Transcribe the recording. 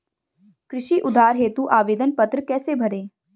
कृषि उधार हेतु आवेदन पत्र कैसे भरें?